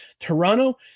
Toronto